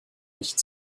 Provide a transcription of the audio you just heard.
nicht